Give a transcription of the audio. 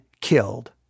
killed